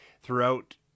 Throughout